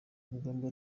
uruganda